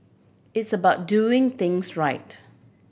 it's about doing things right